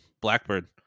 Blackbird